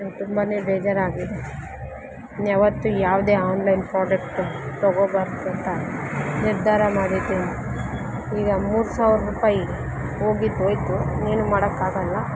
ನಂಗೆ ತುಂಬಾ ಬೇಜಾರಾಗಿದೆ ಇನ್ನು ಯಾವತ್ತೂ ಯಾವುದೇ ಆನ್ಲೈನ್ ಪ್ರೋಡಕ್ಟ್ ತಗೊಬಾರ್ದು ಅಂತ ನಿರ್ಧಾರ ಮಾಡಿದ್ದಿನಿ ಈಗ ಮೂರು ಸಾವಿರ ರೂಪಾಯಿ ಹೋಗಿದ್ ಹೋಯ್ತು ಏನು ಮಾಡೊಕ್ಕಾಗಲ್ಲ